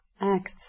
acts